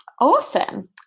Awesome